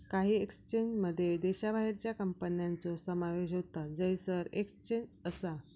काही एक्सचेंजमध्ये देशाबाहेरच्या कंपन्यांचो समावेश होता जयसर एक्सचेंज असा